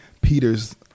Peters